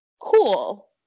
cool